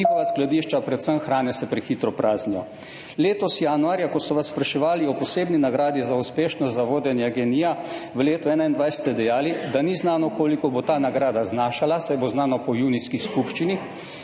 Njihova skladišča, predvsem hrane, se prehitro praznijo. Letos januarja, ko so vas spraševali o posebni nagradi za uspešnost za vodenje GEN-I v letu 2021, ste dejali, da ni znano, koliko bo ta nagrada znašala, saj bo znano po junijski skupščini,